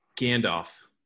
Gandalf